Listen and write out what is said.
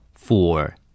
Four